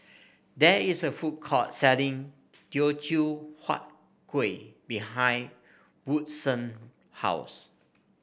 there is a food court selling Teochew Huat Kueh behind Woodson house